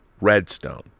Redstone